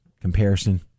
comparison